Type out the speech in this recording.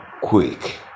Quick